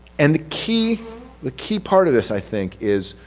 and the key the key part of this i think is,